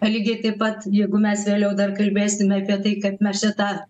lygiai taip pat jeigu mes vėliau dar kalbėsime apie tai kad mes čia tą